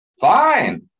Fine